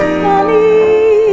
funny